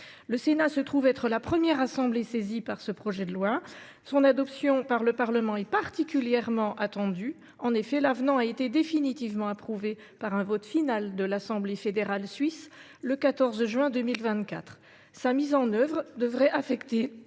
Le Sénat se trouve être la première assemblée saisie de ce projet de loi, dont l’adoption par le Parlement est particulièrement attendue, l’avenant ayant été définitivement approuvé par un vote final de l’Assemblée fédérale suisse le 14 juin 2024. Sa mise en œuvre devrait affecter